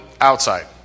outside